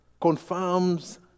confirms